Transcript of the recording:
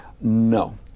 No